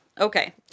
Okay